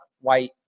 white